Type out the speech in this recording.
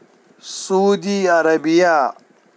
Saudi Arabia